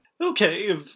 Okay